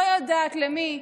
לא יודעת למי,